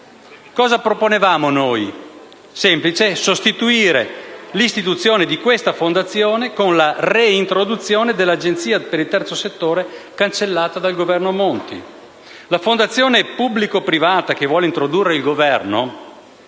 Cosa proponevamo noi? Semplice: sostituire l'istituzione di questa fondazione con la reintroduzione dell'Agenzia per il terzo settore, cancellata dal Governo Monti. La fondazione pubblico-privata che vuole introdurre il Governo